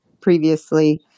previously